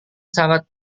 sangat